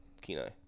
Kenai